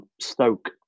Stoke